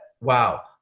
wow